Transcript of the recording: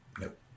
Nope